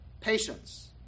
Patience